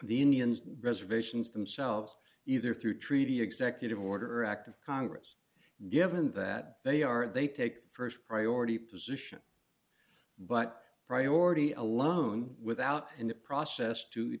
the union's reservations themselves either through treaty executive order or act of congress given that they are they take st priority position but priority alone without in the process to